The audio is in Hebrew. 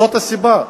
זאת הסיבה,